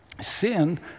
sin